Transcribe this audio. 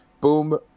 boom